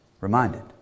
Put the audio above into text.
reminded